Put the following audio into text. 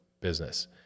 business